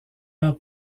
heures